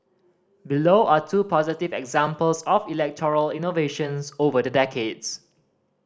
below are two positive examples of electoral innovations over the decades